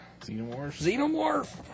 xenomorph